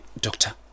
doctor